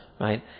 right